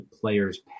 players